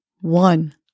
One